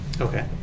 Okay